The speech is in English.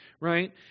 right